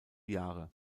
jahre